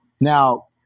Now